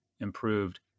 improved